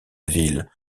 ville